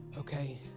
Okay